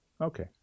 Okay